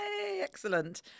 excellent